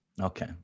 okay